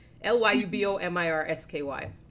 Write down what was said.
L-Y-U-B-O-M-I-R-S-K-Y